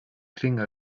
klingen